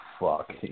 fuck